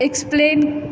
explain